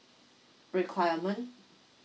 requirement